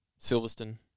Silverstone